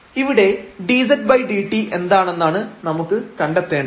ഇവിടെ dzdt എന്താണെന്നാണ് നമുക്ക് കണ്ടത്തേണ്ടത്